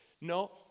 No